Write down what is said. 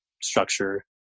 structure